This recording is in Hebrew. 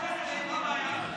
מה הבעיה,